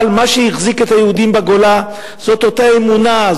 מה שהחזיק את היהודים בגולה זאת אותה אמונה,